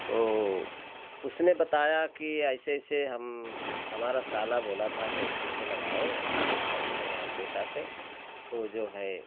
तो उसने बताया कि ऐसे ऐसे हम हमारा साला बोला था के ऐसे ऐसे लगाओ हमारे भाई बेटा से तो जो है